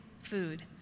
food